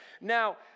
Now